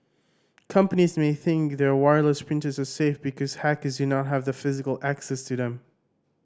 companies may think their wireless printers are safe because hackers do not have physical access to them